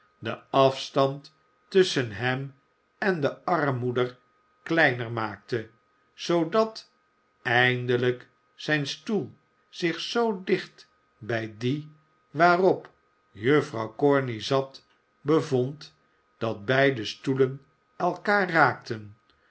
den afstand tusschen hem en de armmoeder kleiner maakte zoodat eindelijk zijn stoel zich zoo dicht bij dien waarop juffrouw corney zat bevond dat beide stoelen elkander raakten